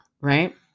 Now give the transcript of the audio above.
right